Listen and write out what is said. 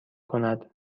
کند